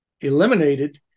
eliminated